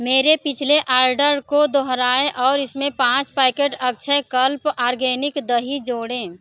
मेरे पिछले आर्डर को दोहराएँ और इसमें पाँच पैकेट अक्षय कल्प आर्गेनिक दही जोड़ें